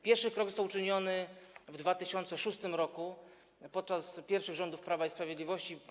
Pierwszy krok został uczyniony w 2006 r. podczas pierwszych rządów Prawa i Sprawiedliwości.